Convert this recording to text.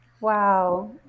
Wow